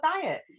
diet